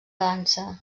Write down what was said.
dansa